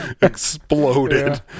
exploded